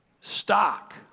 stock